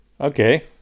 Okay